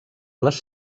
les